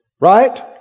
Right